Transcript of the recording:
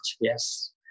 Yes